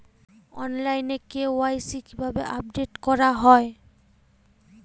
অনলাইনে কে.ওয়াই.সি কিভাবে আপডেট করা হয়?